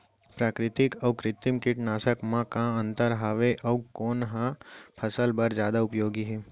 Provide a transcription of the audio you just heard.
प्राकृतिक अऊ कृत्रिम कीटनाशक मा का अन्तर हावे अऊ कोन ह फसल बर जादा उपयोगी हे?